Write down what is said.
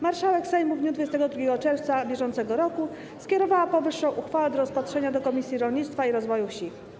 Marszałek Sejmu w dniu 22 czerwca br. skierowała powyższą uchwałę do rozpatrzenia do Komisji Rolnictwa i Rozwoju Wsi.